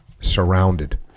surrounded